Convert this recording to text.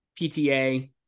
PTA